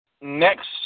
Next